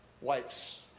wipes